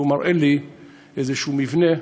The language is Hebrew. והוא מראה לי איזה מבנה,